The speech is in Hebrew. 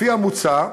לפי המוצע,